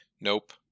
nope